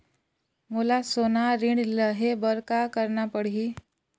मोला सोना ऋण लहे बर का करना पड़ही?